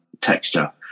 texture